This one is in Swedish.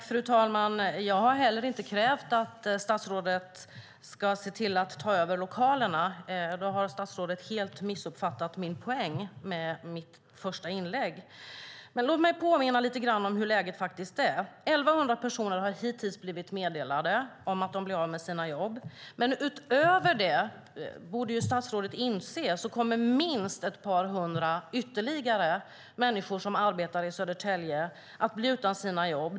Fru talman! Jag har heller inte krävt att statsrådet ska se till att ta över lokalerna. Då har statsrådet helt missuppfattat min poäng med mitt första inlägg. Låt mig påminna lite grann om hur läget faktiskt är. 1 100 personer har hittills blivit meddelade att de blir av med sina jobb. Utöver det, det borde statsrådet inse, kommer minst ytterligare ett par hundra människor som arbetar i Södertälje att bli utan jobb.